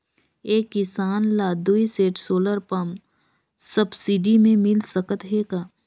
एक किसान ल दुई सेट सोलर पम्प सब्सिडी मे मिल सकत हे का?